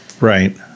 Right